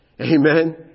Amen